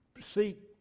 seek